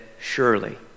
surely